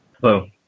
Hello